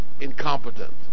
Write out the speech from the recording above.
incompetent